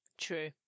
True